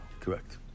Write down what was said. Correct